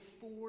four